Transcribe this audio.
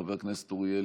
חבר הכנסת אוריאל